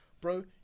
bro